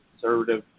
conservative